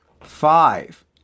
Five